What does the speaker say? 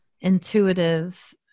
intuitive